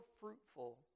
fruitful